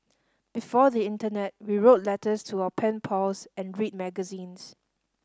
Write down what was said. before the internet we wrote letters to our pen pals and read magazines